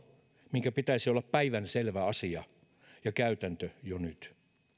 minkä pitäisi olla päivänselvä asia ja käytäntö jo nyt